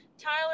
tyler